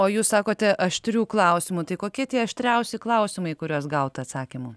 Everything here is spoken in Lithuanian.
o jūs sakote aštrių klausimų tai kokie tie aštriausi klausimai į kuriuos gauta atsakymų